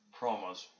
promos